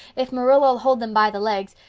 if marilla'll hold them by the legs,